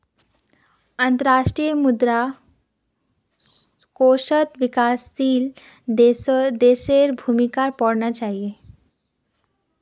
अंतर्राष्ट्रीय मुद्रा कोषत विकासशील देशेर भूमिका पढ़ना चाहिए